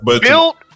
built